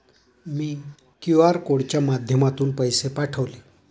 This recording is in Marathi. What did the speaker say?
मी क्यू.आर कोडच्या माध्यमातून पैसे पाठवले